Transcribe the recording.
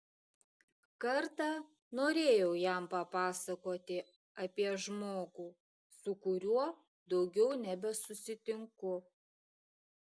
kartą norėjau jam papasakoti apie žmogų su kuriuo daugiau nebesusitinku